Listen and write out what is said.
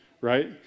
right